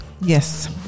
yes